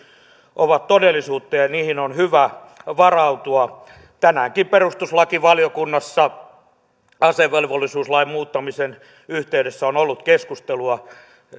ovat todellisuutta ja ja niihin on hyvä varautua tänäänkin perustuslakivaliokunnassa asevelvollisuuslain muuttamisen yhteydessä on ollut keskustelua